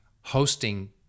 hosting